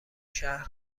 شهر